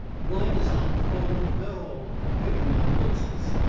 why does not the thought of verrall quicken my pulses.